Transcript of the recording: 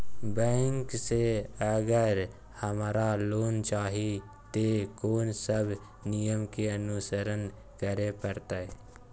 Bank से अगर हमरा लोन चाही ते कोन सब नियम के अनुसरण करे परतै?